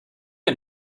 had